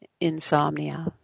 insomnia